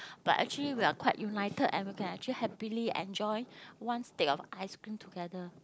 but actually we're quite united and we can actually happily enjoy once they got ice cream together